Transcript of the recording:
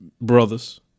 brothers